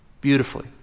beautifully